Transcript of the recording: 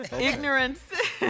Ignorance